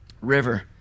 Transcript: River